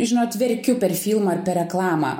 žinot verkiu per filmą ar per reklamą